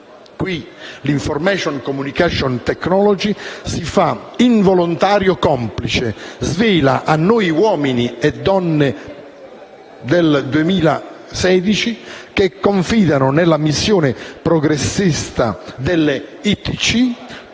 Qui l'*information and communication technology* si fa involontaria complice e svela a noi uomini e donne del 2016, che confidiamo nella missione progressista delle ICT,